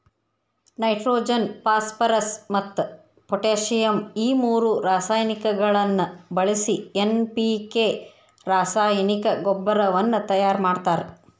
nitrogen phosphorus ಮತ್ತ್ potassium ಈ ಮೂರು ರಾಸಾಯನಿಕಗಳನ್ನ ಬಳಿಸಿ ಎನ್.ಪಿ.ಕೆ ರಾಸಾಯನಿಕ ಗೊಬ್ಬರವನ್ನ ತಯಾರ್ ಮಾಡ್ತಾರ